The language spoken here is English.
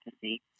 see